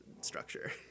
structure